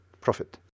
profit